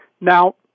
Now